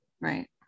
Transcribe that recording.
Right